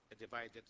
divided